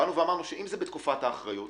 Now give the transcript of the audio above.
אמרנו שאם זה בקבלן האחריות